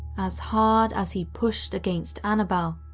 as hard as he pushed against annabelle,